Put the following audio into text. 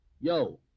Yo